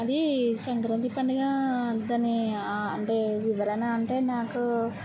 అదీ సంక్రాంతి పండుగా దానీ అంటే వివరణ అంటే నాకూ